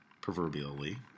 proverbially